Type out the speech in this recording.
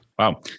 Wow